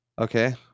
okay